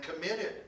committed